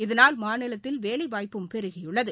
இதனால் மாநிலத்தில் வேலைவாய்ப்பும் பெருகியுள்ளது